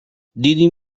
دیدیم